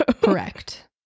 Correct